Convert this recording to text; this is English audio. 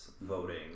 voting